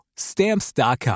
Stamps.com